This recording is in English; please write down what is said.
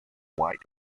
white